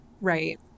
Right